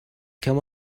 come